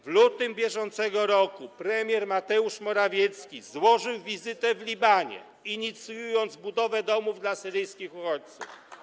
W lutym br. premier Mateusz Morawiecki złożył wizytę w Libanie, inicjując budowę domów dla syryjskich uchodźców.